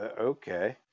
Okay